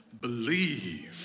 believe